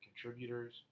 contributors